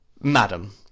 madam